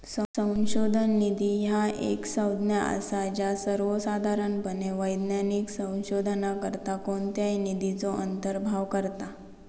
संशोधन निधी ह्या एक संज्ञा असा ज्या सर्वोसाधारणपणे वैज्ञानिक संशोधनाकरता कोणत्याही निधीचो अंतर्भाव करता